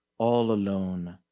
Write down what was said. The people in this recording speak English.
all alone,